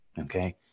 Okay